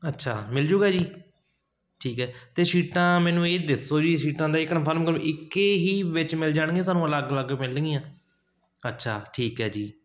ਅੱਛਾ ਮਿਲ ਜਾਊਗਾ ਜੀ ਠੀਕ ਹੈ ਅਤੇ ਸੀਟਾਂ ਮੈਨੂੰ ਇਹ ਦੱਸੋ ਜੀ ਸੀਟਾਂ ਦਾ ਇਹ ਕਨਫਰਮ ਕਰੋ ਇੱਕੇ ਹੀ ਵਿੱਚ ਮਿਲ ਜਾਣਗੇ ਸਾਨੂੰ ਅਲੱਗ ਅਲੱਗ ਮਿਲਣਗੀਆਂ ਅੱਛਾ ਠੀਕ ਹੈ ਜੀ